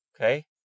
Okay